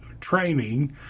training